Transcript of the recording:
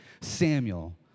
Samuel